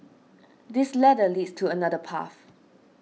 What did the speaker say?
this ladder leads to another path